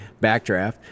backdraft